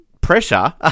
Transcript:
pressure